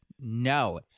No